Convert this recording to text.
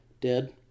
Dead